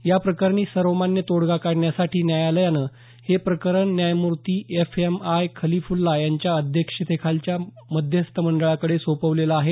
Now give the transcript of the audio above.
या प्रकरणी सर्वमान्य तोडगा काढण्यासाठी न्यायालयानं हे प्रकरण न्यायमूर्ती एफ एम आय खलिफुछा यांच्या अध्यक्षतेखालच्या मध्यस्थ मंडळाकडे सोपवलेलं आहे